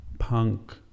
punk